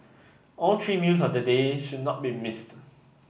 all three meals of the day should not be missed